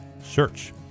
search